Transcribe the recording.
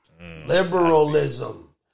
Liberalism